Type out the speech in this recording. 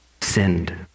sinned